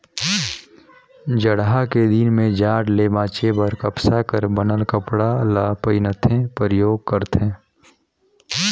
जड़हा के दिन में जाड़ ले बांचे बर कपसा कर बनल कपड़ा ल पहिनथे, परयोग करथे